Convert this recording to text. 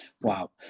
Wow